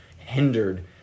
hindered